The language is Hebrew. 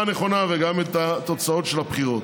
הנכונה וגם את התוצאות של הבחירות.